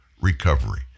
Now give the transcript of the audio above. recovery